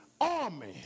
army